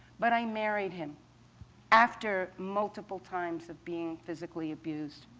but i married him after multiple times of being physically abused.